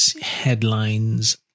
headlines